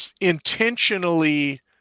intentionally